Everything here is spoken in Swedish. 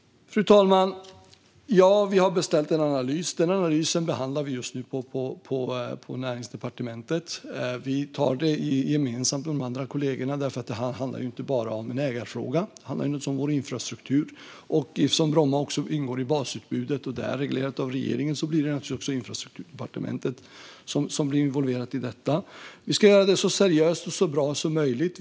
Vi har beställt en analys. Denna analys behandlar vi just nu på Näringsdepartementet. Vi tar det gemensamt med de andra kollegorna, för det handlar inte bara om en ägarfråga utan också om vår infrastruktur. Eftersom Bromma ingår i basutbudet, som är reglerat av regeringen, blir naturligtvis också Infrastrukturdepartementet involverat i detta. Vi ska göra det så seriöst och så bra som möjligt.